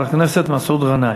ואחריו, חבר הכנסת מסעוד גנאים.